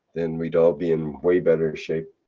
then we'd all be in way better shape.